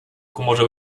humorze